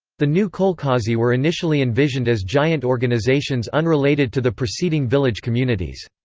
the new kolkhozy were initially envisioned as giant organizations unrelated to the preceding village communities.